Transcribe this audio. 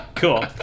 cool